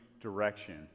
direction